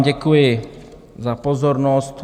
Děkuji za pozornost.